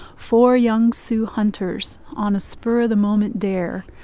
four young sioux hunters, on a spur-of-the-moment dare,